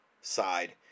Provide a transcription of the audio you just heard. side